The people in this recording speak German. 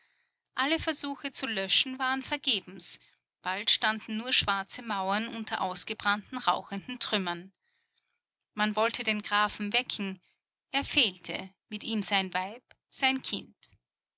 alle versuche zu löschen waren vergebens bald standen nur schwarze mauern unter ausgebrannten rauchenden trümmern man wollte den grafen wecken er fehlte mit ihm sein weib sein kind